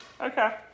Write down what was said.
Okay